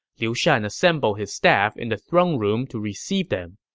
liu shan assembled his staff in the throne room to receive them.